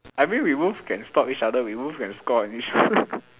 I mean we both can stop each other we both can score with each other